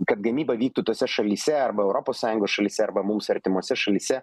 kad gamyba vyktų tose šalyse arba europos sąjungos šalyse arba mums artimose šalyse